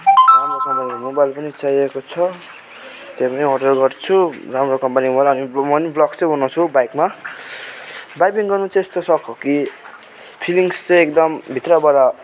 राम्रोसँगले मोबाइल पनि चाहिएको छ त्यो पनि अडर गर्छु राम्रो कम्पनीको बाट अनि म पनि ब्लग्स चाहिँ बनाउँछु बाइकमा बाइकिङ गर्नु चाहिँ यस्तो सोक हो कि फिलिङ्स चाहिँ एकदम भित्रबाट